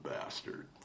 bastard